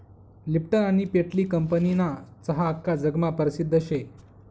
Lipton आनी पेटली कंपनीना चहा आख्खा जगमा परसिद्ध शे